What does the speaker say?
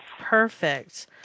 Perfect